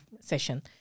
session